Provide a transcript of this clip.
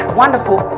wonderful